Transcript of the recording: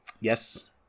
Yes